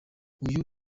uyu